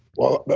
well,